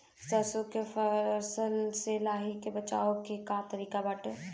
सरसो के फसल से लाही से बचाव के का तरीका बाटे?